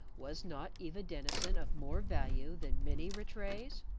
was not eva denison of more value than many rattrays?